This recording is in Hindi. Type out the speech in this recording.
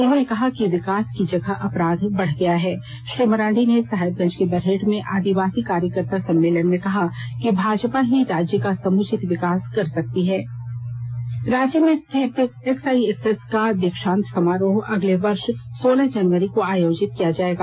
उन्होंने कहा कि विकास की जगह अपराध बढ़ गया है श्री मरांडी ने साहेबगंज के बरहेट में आदिवासी कार्यकर्ता सम्मेलन में कहा कि भाजपा ही राज्य का समुचित विकास कर सकती है रांची में स्थित एक्सआईएसएस का दीक्षांत समारोह अगले वर्ष सोलह जनवरी को आयोजित किया जाएगा